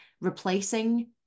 replacing